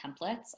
templates